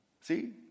See